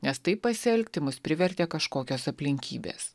nes taip pasielgti mus privertė kažkokios aplinkybės